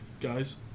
guys